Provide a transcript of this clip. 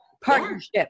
partnership